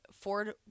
Ford